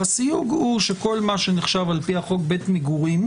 והסיוג הוא שכל מה שנחשב, על פי החוק, בית מגורים.